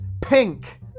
pink